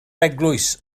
eglwys